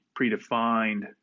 predefined